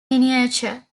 miniature